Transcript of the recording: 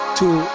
two